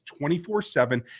24-7